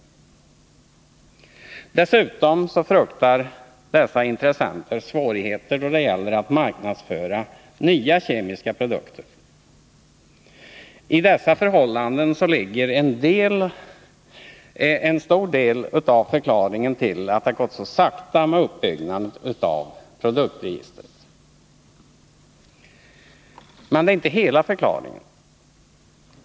Dessutom fruktar dessa intressenter svårigheter då det gäller att marknadsföra nya kemiska produkter. I dessa förhållanden ligger en stor del av förklaringen till att det gått så sakta med uppbyggnaden av produktregistret. Men det är inte hela förklaringen.